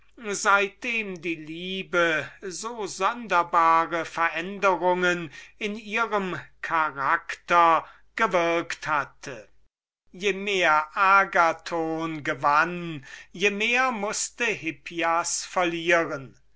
seitdem die liebe so sonderbare veränderungen in ihrem charakter gewürkt hatte je mehr agathon gewann je mehr mußte hippias verlieren